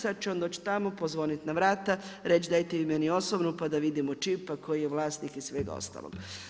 Sad će on doći tamo, pozvoniti na vrata, reći dajte vi meni osobnu, pa da vidimo čip, pa koji je vlasnik i svega ostalog.